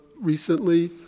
recently